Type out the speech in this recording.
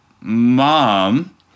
Mom